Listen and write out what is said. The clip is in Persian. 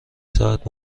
ساعت